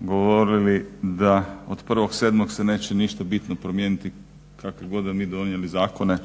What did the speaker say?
govorili da od 1.07. se neće ništa bitno promijeniti kakve god da mi donijeli zakone,